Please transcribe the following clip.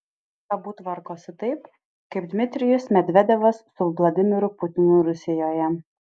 abu tvarkosi taip kaip dmitrijus medvedevas su vladimiru putinu rusijoje